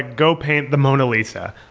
go paint the mona lisa.